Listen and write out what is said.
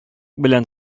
белән